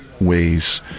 ways